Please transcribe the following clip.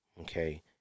Okay